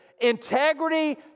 integrity